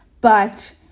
but-